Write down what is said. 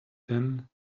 them